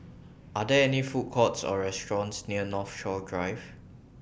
Are There any Food Courts Or restaurants near Northshore Drive